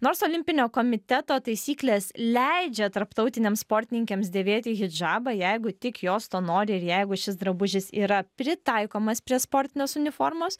nors olimpinio komiteto taisyklės leidžia tarptautinėms sportininkėms dėvėti hidžabą jeigu tik jos to nori ir jeigu šis drabužis yra pritaikomas prie sportinės uniformos